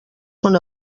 són